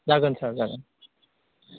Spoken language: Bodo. जागोन सार जागोन